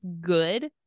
good